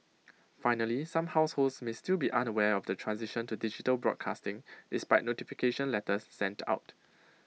finally some households may still be unaware of the transition to digital broadcasting despite notification letters sent out